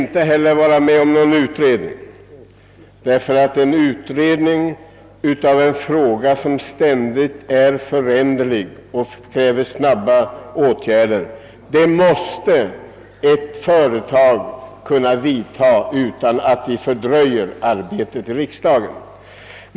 Inte heller vill jag att någon utredning skall tillsättas. Beträffande så föränderliga frågor som dessa måste ett företag få vidtaga de snabba åtgärder som krävs utan att de fördröjs av riksdagen.